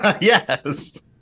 Yes